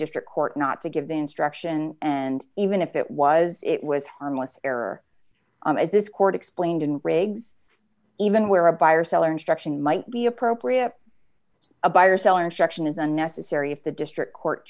district court not to give the instruction and even if it was it was harmless error as this court explained in rigs even where a buyer seller instruction might be appropriate a buyer seller instruction is unnecessary if the district court